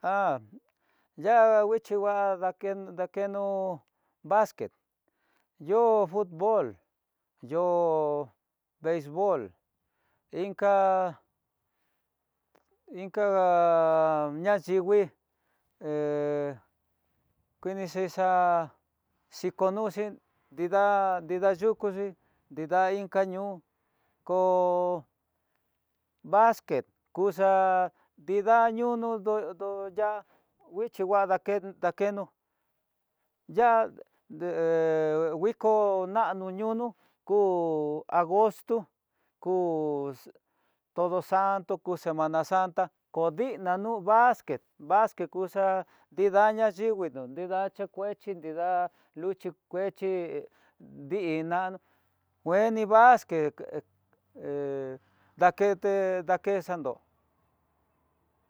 Jan nguixhi ngua dakeno dakeno, básquet, yo'o futbol, yo'ó beisbol, inka inka yayingui he kuini xhixá'a xhikonuxi nrida nrida yuku xhí, nrida inka ñoo koo básquet kuxa ninda ñono ndo ya'á, nguixhi va'a dakeno ya'á nguiko ñano yunó, koo agosto koo todo santo ko sema santa ko dina no básquet, kuxa ninda na yinguinó nida chekueche nida'á kuexhi kuechi ndi'iná kueni básquet, he he dakete dakexandó.